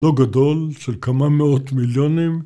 לא גדול של כמה מאות מיליונים